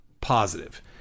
positive